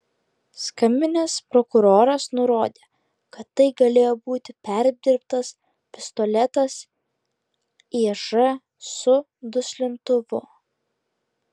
skambinęs prokuroras nurodė kad tai galėjo būti perdirbtas pistoletas iž su duslintuvu